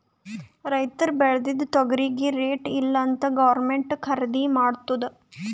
ರೈತುರ್ ಬೇಳ್ದಿದು ತೊಗರಿಗಿ ರೇಟ್ ಇಲ್ಲ ಅಂತ್ ಗೌರ್ಮೆಂಟೇ ಖರ್ದಿ ಮಾಡ್ತುದ್